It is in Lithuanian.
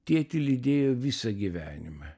tėtį lydėjo visą gyvenimą